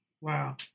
Wow